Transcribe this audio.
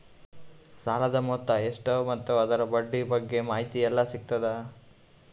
ಸಾಲದ ಮೊತ್ತ ಎಷ್ಟ ಮತ್ತು ಅದರ ಬಡ್ಡಿ ಬಗ್ಗೆ ಮಾಹಿತಿ ಎಲ್ಲ ಸಿಗತದ?